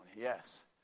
yes